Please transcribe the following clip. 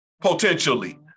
potentially